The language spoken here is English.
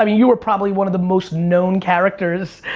i mean you were probably one of the most known characters.